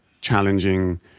challenging